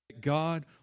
God